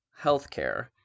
healthcare